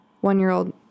one-year-old